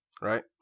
Right